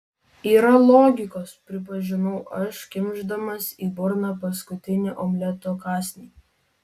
yra logikos pripažinau aš kimšdamas į burną paskutinį omleto kąsnį